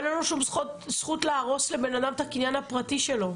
אבל אין לו שום זכות להרוס לבן אדם את הקניין הפרטי שלו.